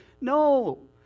No